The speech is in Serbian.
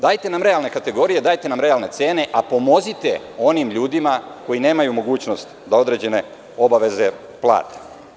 Dajte nam realne kategorije, realne cene, a pomozite onim ljudima koji nemaju mogućnost da određene obaveze plate.